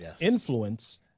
Influence